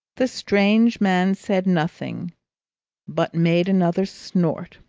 the strange man said nothing but made another snort.